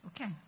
Okay